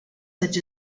such